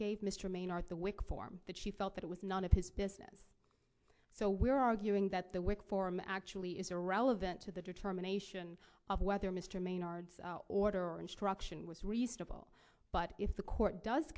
gave mr maynard the wicked form that she felt that it was none of his business so we're arguing that the work for him actually is irrelevant to the determination of whether mr maynard order or instruction was reasonable but if the court does